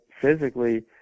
physically